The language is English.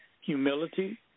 humility